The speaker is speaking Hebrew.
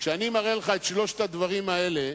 כשאני מראה לך את שלושת הדברים האלה,